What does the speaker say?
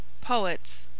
Poets